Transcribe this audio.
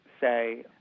say